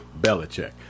Belichick